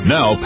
Now